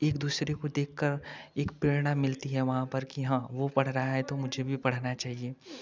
एक दूसरे को देखकर एक प्रेरणा मिलती है वहाँ पर की हाँ वह पढ़ रहा है तो मुझे भी पढ़ना चाहिए